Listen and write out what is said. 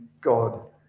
God